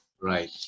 Right